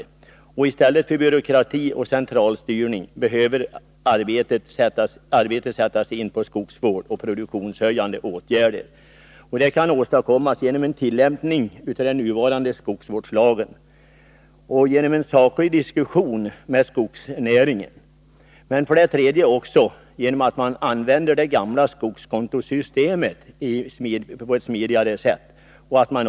I stället för att skapa mer - byråkrati och centralstyrning behöver arbetet koncentreras på skogsvård och produktionshöjande åtgärder. Detta kan åstadkommas genom en tillämpning av den nuvarande skogsvårdslagen och genom en saklig diskussion med skogsnäringen, men också genom att man använder det gamla skogskontosystemet på ett smidigare sätt.